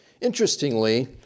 Interestingly